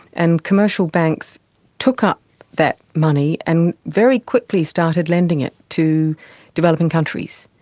and commercial banks took up that money and very quickly started lending it to developing countries.